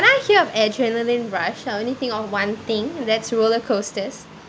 when I hear of adrenaline rush I only think of one thing that's roller coasters